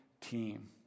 team